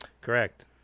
correct